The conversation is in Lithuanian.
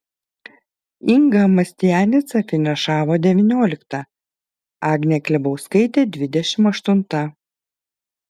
inga mastianica finišavo devyniolikta agnė klebauskaitė dvidešimt aštunta